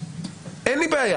אין לי בעיה